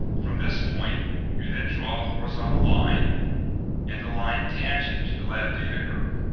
from this point you then draw a horizontal line and a line tangent to the lab data curve